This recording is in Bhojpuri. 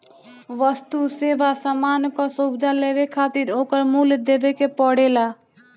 वस्तु, सेवा, सामान कअ सुविधा लेवे खातिर ओकर मूल्य देवे के पड़ेला